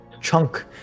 chunk